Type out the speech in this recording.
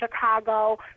Chicago